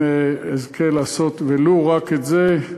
אם אזכה לעשות ולו רק את זה,